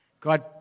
God